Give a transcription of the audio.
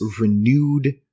renewed